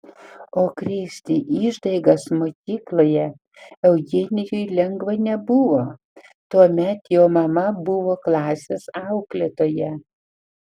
o krėsti išdaigas mokykloje eugenijui lengva nebuvo tuomet jo mama buvo klasės auklėtoja